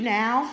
now